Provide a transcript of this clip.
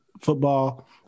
football